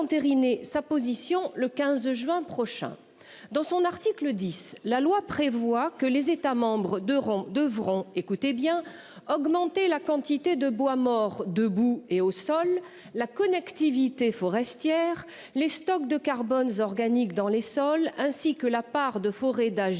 sa position le 15 juin prochain. Dans son article 10, la loi prévoit que les États membres de rang devront écoutez bien augmenter la quantité de bois mort debout et au sol la connectivité forestière. Les stocks de carbone organique dans les sols ainsi que la part de forêt d'âge